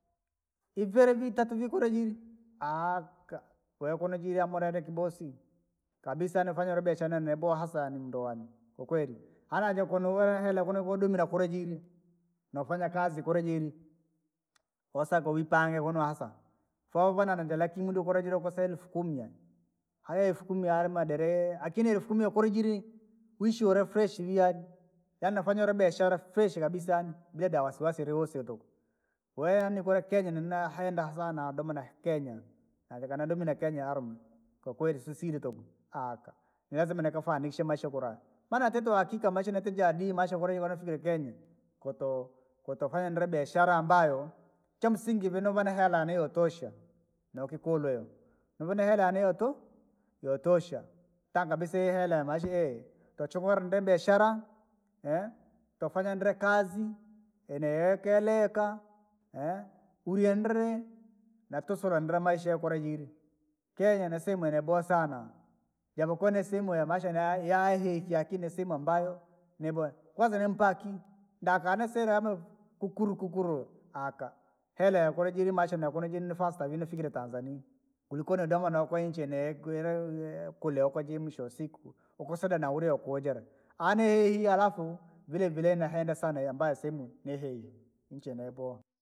Iuyele vitatu vikula jiili, aakaa wee kunuu jiirya hamuua nikiboosi, kabisa yaani hufanya biashara yenee yaboha hasa yaani munduu waane. Kwakweli, hana ja kuno wuna hela kunu kudumila kulijiri, nofanya kazi kura jiri, wosaka uipange kuno hasa, vouvana nenda lakini mudu kulajira kosa elfu kumi yaani. haya elfu kumi yalimadele lakini elfu kumi yokula jiri, wishi ula vii yaani, yaani nafanyara biashara kabisa yaani, bila ja wasiwasi uriwusi tuku. kwahiyo yaani kula kenya nina henda sana nadoma na- kenya, navika nadome na kenya arume, kwakweli sisila tuku, nilazima nikafanikishe maisha kura, maana yatite wakika maisha natijadili maisha kuli konafikire kenya. Koto, kotofanya ndire biashara ambayo, chamsingi vine vana hela yaani yotosha, nokukulwe, nive na hela yaani tuku! Yotosha, taa kabisa ihela maisha tochukura nde biashara. tuafanya andire kazi, eneikeleka, uliendere, na tusulondere maisha jiri, kenya ni sehemu ye yaboha sana. japokua ni sehemu ya maisha ne yahi yaahi lakini ni sehemu ambayo, niboya, kwanza nimpa akili, ndakanisile ano kukulukukulu aka, hela jakuli jiri maisha na kuno jiri vine fikire tanzania! Kulikoni nidoma na koo inchi neikwire kule ukade mwisho wa siku. Ukusoda na uliya ukuujira, yaani hii halafu, vilevile nahenda sana ambayo sehemu nihiiya nche neyaboha.